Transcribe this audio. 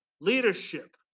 Leadership